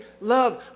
love